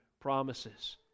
Promises